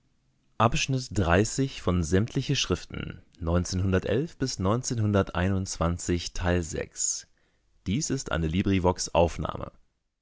schon ist eine